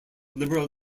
liberal